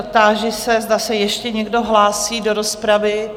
Táži se, zda se ještě někdo hlásí do rozpravy?